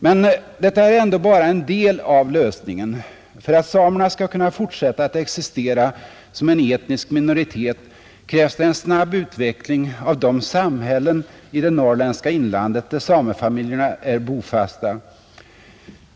Men detta är ändå bara en del av lösningen, För att samerna skall kunna fortsätta att existera som en etnisk minoritet krävs det en snabb utveckling av de samhällen i det norrländska inlandet där samefamiljerna är bofasta.